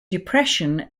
depression